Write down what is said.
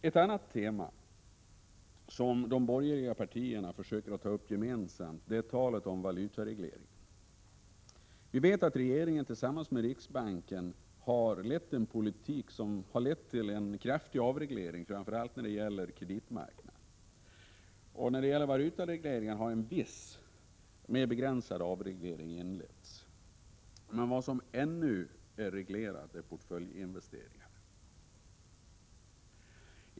Ett annat tema som de borgerliga partierna försöker ta upp gemensamt är talet om valutaregleringen. Regeringen har tillsammans med riksbanken fört en politik som lett till en kraftig avreglering, framför allt av kreditmarknaden. Det har också inletts en viss, mer begränsad avveckling av valutaregleringen. Vad som ännu är reglerat är portföljinvesteringar.